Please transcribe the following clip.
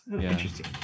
Interesting